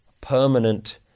permanent